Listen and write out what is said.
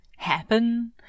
happen